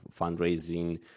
fundraising